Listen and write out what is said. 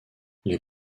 les